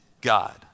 God